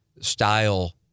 style